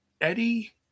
Eddie